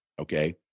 Okay